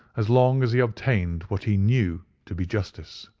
as long as he obtained what he knew to be justice.